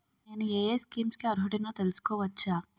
నేను యే యే స్కీమ్స్ కి అర్హుడినో తెలుసుకోవచ్చా?